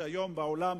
שהיום בעולם,